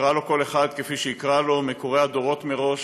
יקרא לו כל אחד כפי שיקרא לו, מקורא הדורות מראש,